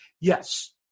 Yes